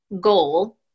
goal